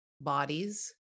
bodies